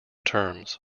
terms